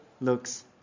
looks